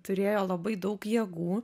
turėjo labai daug jėgų